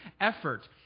effort